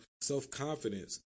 self-confidence